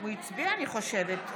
הוא הצביע, אני חושבת.